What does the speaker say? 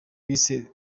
bise